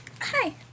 Hi